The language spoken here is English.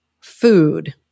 Food